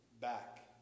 back